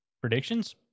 predictions